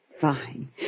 Fine